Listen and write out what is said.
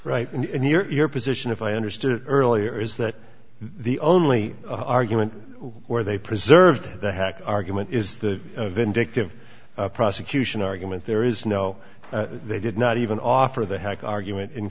right in your position if i understood it earlier is that the only argument where they preserved the hack argument is the vindictive prosecution argument there is no they did not even offer the hike argument in